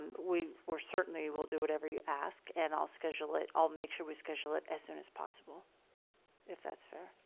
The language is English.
and we were certainly will do whatever you ask and i'll schedule it. i'll make sure we schedule it as soon as possible if that's fair